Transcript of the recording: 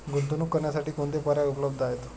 गुंतवणूक करण्यासाठी कोणते पर्याय उपलब्ध आहेत?